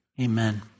Amen